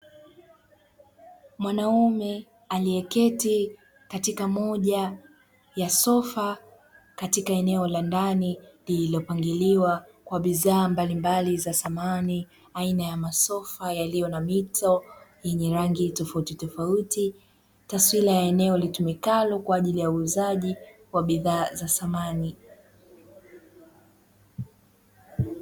Mwanaume aliyeketi katika moja ya sofa katika eneo la ndani lililopangiliwa kwa bidhaa mbalimbali za samani. Aina ya masofa yaliyo na mito yenye rangi tofauti tofauti. Taswira ya eneo litumikalo kwa ajili ya uuzaji wa bidhaa za samani.